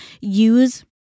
use